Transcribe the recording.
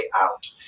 out